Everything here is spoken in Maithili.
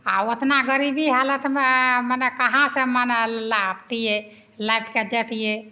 आओर ओतना गरीबी हालतमे मने कहाँसे मने लाबतिए लाबिके देतिए